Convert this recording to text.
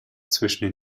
zwischen